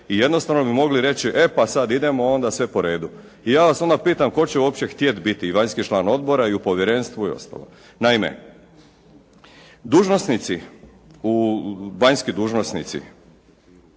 i jednostavno bi mogli reći: E pa sad idemo onda sve po redu. I ja vas onda pitam tko će uopće htjeti biti i vanjski član odbora i u povjerenstvu i ostalo. Naime dužnosnici u, vanjski dužnosnici